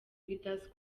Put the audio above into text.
leaders